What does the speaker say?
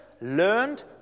learned